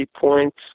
points